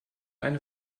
eine